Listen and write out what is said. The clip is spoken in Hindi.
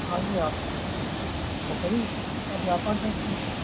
हाँ ये आप लकड़ी का व्यापार करते हैं क्या